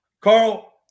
Carl